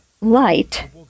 Light